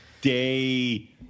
day